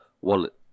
wallet